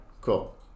Cool